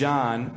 John